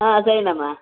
ಹಾಂ ಸರಿಯಮ್ಮ